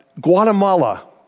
Guatemala